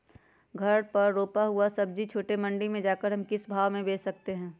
घर पर रूपा हुआ सब्जी छोटे मंडी में जाकर हम किस भाव में भेज सकते हैं?